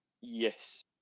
Yes